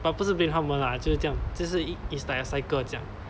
but 不是 blame 他们啦就是这样就是 it's it's like a cycle 这样